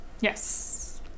Yes